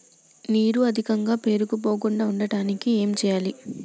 నీరు అధికంగా పేరుకుపోకుండా ఉండటానికి ఏం చేయాలి?